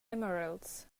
emeralds